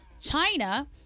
China